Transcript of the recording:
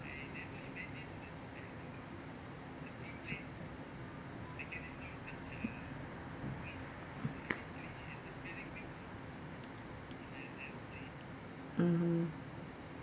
mmhmm